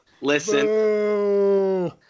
listen